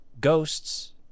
ghosts